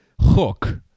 hook